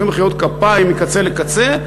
היו מחיאות כפיים מקצה לקצה,